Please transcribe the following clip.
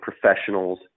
professionals